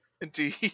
Indeed